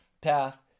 path